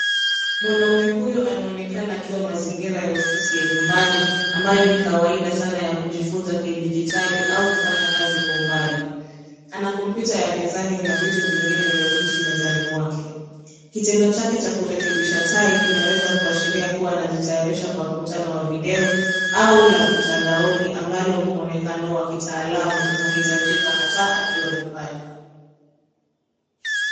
Mwanaume huyo anaonekana katika mazingira ya ofisi ya nyumbani, ambayo ni mahali pa kawaida pa kujifunza kidigitali au kufanya kazi kwa mbali. Ana kompyuta mezani pamoja na vifaa vingine vya ofisi. Kitendo chake cha kurekebisha taa kinaweza kuashiria kuwa anajiandaa kwa mkutano wa video au la mtandaoni, ambapo mwonekano wa kitaalamu unahitajika hata akiwa nyumbani.